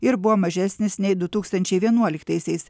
ir buvo mažesnis nei du tūkstančiai vienuoliktaisiais